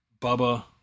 Bubba